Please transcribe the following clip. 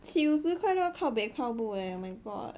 起五十块就要 kao bei kao bu eh oh my god